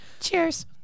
Cheers